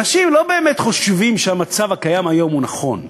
אנשים לא באמת חושבים שהמצב הקיים היום הוא נכון,